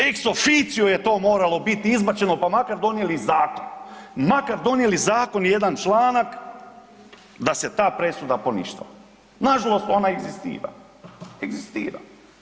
Ex officio je to moralo biti izbačeno pa makar donijeli zakon, makar donijeli zakon jedan članak da se ta presuda poništava, nažalost ona egzistira, egzistira.